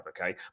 Okay